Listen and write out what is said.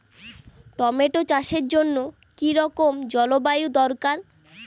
Tomato চাষের জন্য কি রকম জলবায়ু দরকার?